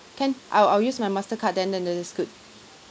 can I'll I'll use my mastercard then then that is good